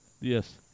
Yes